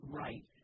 right